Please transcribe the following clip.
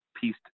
pieced